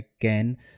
again